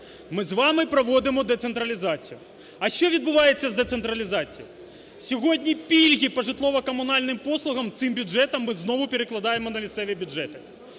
Ми з вами проводимо децентралізацію, а що відбувається з децентралізацією? Сьогодні пільги по житлово-комунальним послугам цим бюджетом ми знову перекладаємо на місцеві бюджети.